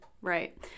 Right